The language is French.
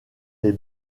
les